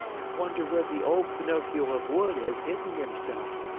i wonder where the old pinocchio of wood has hidden himself?